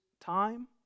time